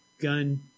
gun